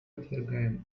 отвергаем